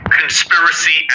conspiracy